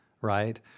right